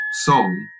song